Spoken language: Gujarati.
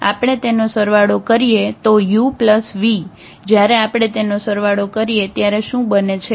અને હવે જયારે આપણે તેનો સરવાળો કરીએ તો 𝑢 𝑣 જયારે આપણે તેનો સરવાળો કરીએ ત્યારે શું બને છે